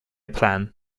plan